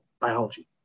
biology